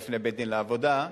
בפני בית-דין לעבודה,